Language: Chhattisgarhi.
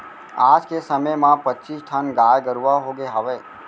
आज के समे म पच्चीस ठन गाय गरूवा होगे हवय